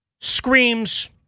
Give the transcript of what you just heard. screams